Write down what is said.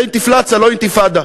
זה אינתיפלצה, לא אינתיפאדה.